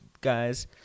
guys